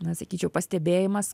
na sakyčiau pastebėjimas